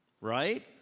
Right